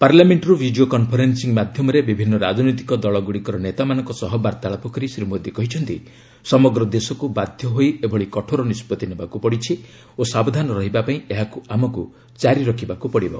ପାର୍ଲାମେଣ୍ଟରୁ video conferencing ମାଧ୍ୟମରେ ବିଭିନ୍ନ ରାଜନୈତିକ ଦଳଗୁଡ଼ିକର ନେତାମାନଙ୍କ ସହ କଥାବାର୍ତ୍ତା କରି ଶ୍ରୀ ମୋଦୀ କହିଛନ୍ତି ସମଗ୍ର ଦେଶକୁ ବାଧ୍ୟ ହୋଇ ଏଭଳି କଠୋର ନିଷ୍କଭି ନେବାକୁ ପଡ଼ିଛି ଓ ସାବଧାନ ରହିବା ପାଇଁ ଏହାକୁ ଆମକୁ କାରି ରଖିବାକୁ ପଡ଼ିବ